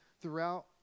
throughout